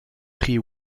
prix